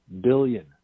billion